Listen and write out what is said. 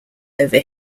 over